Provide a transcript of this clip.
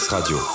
Radio